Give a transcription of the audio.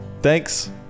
thanks